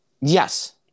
Yes